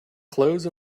clothes